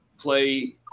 play